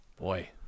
Boy